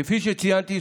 כפי שציינתי,